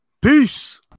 Peace